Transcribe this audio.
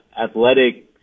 athletic